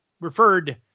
referred